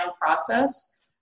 process